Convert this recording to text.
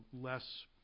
less